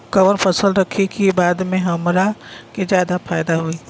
कवन फसल रखी कि बाद में हमरा के ज्यादा फायदा होयी?